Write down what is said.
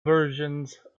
versions